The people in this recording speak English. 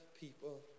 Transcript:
people